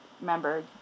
remember